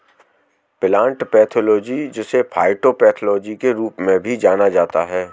plant pathology जिसे phytopathology के रूप में भी जाना जाता है